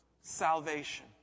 salvation